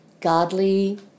godly